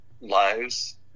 lives